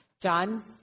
john